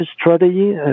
strategy